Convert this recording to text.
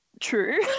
True